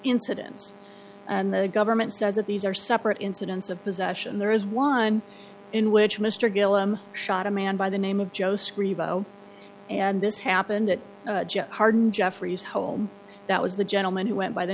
incidents and the government says that these are separate incidents of possession there is one in which mr gillum shot a man by the name of joe screen and this happened at harden jeffries home that was the gentleman who went by the